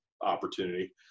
opportunity